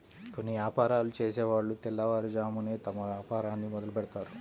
కొన్ని యాపారాలు చేసేవాళ్ళు తెల్లవారుజామునే తమ వ్యాపారాన్ని మొదలుబెడ్తారు